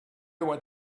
went